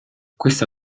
questa